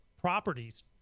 properties